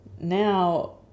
now